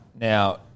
Now